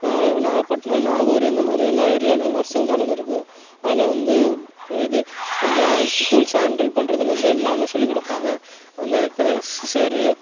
நாக நாகப்பட்டினம் நாகூர் இந்த மாதிரி எல்லா ஏரியாலையும் நர்ஸிங் காலேஜு இருக்கு அதில் வந்து இது அந்த டூல்ஸ் ஹாண்டில் பண்ணுறதுலேர்ந்து எல்லாமே சொல்லிக் கொடுப்பாங்க அந்தக் க சிஸரு